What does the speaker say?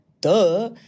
Duh